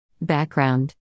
Background